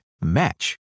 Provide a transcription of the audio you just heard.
match